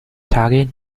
tage